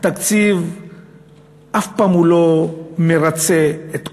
התקציב אף פעם לא מרצה את כולם,